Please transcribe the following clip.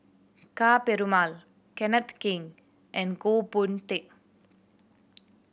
Ka Perumal Kenneth Keng and Goh Boon Teck